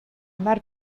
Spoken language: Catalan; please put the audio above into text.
mar